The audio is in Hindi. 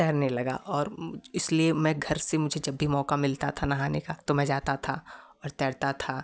तैरने लगा और इसलिए मैं घर से मुझे जब भी मौका मिलता था नहाने का तो मैं जाता था और तैरता था